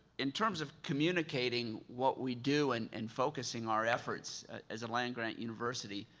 in terms of communicating, what we do and and focusing our efforts as land grant university,